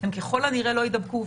הם ככל הנראה לא יידבקו.